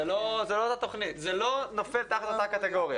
זה לא נופל תחת אותה קטגוריה.